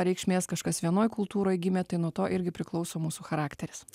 reikšmės kažkas vienoj kultūroj gimė tai nuo to irgi priklauso mūsų charakteris